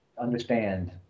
understand